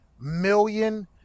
million